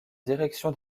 direction